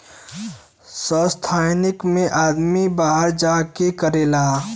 संस्थानिक मे आदमी बाहर जा के करेला